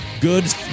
Good